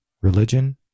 religion